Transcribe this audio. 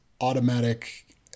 automatic